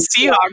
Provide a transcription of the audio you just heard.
seahawks